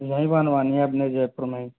यहीं बनवानी है अपने जयपुर में